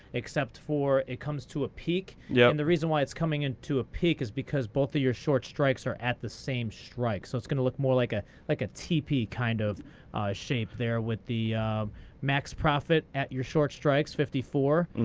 except for it comes to a peak. yeah. and the reason why it's coming into a peak is because both of your short strikes are at the same strike. so it's going to look more like ah like a teepee kind of shape there with the max profit at your short strikes, fifty four,